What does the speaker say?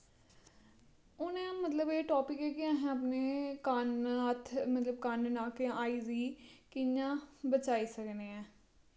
हून एह् टापिक ऐ कि अस अपने कन्न नक्क हत्थ गी कि'यां बचाई सकने ऐं